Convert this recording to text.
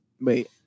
Wait